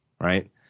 right